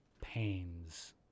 pains